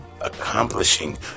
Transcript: accomplishing